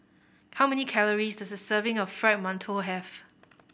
how many calories does a serving of Fried Mantou have